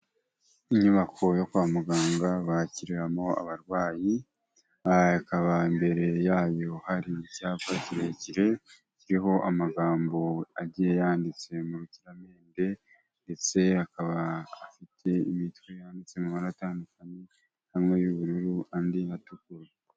Inyubako yo kwa muganga bakiriramo abarwayi, hakaba imbere yayo hari icyapa kirekire, kiriho amagambo agiye yanditse mu rukiramende ndetse akaba afite imitwe yanditse mu mabara atandukanye, amwe y'ubururu andi atukura.